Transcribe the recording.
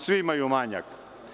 Svi imaju manjak.